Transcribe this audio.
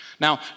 Now